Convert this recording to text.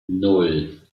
nan